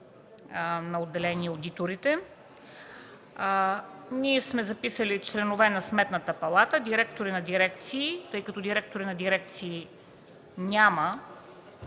на отделения и одитори”. Ние сме записали „членове на Сметната палата, директори на дирекции”, тъй като директори на дирекции няма